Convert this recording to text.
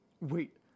wait